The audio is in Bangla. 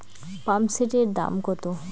পাম্পসেটের দাম কত?